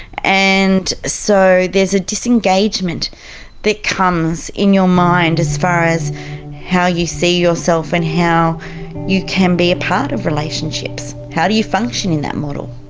and so there's a disengagement that comes in your mind as far as how you see yourself and how you can be a part of relationships, how do you function in that model.